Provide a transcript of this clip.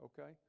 Okay